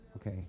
Okay